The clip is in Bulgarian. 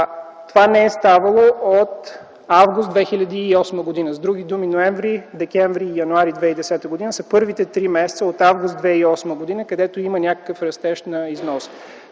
Това не е ставало от м. август 2008 г., с други думи ноември, декември и януари 2010 г. са първите три месеца от м. август 2008 г. насам, където има някакъв растеж на износа.